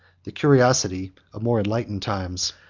the curiosity of more enlightened times.